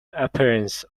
appearance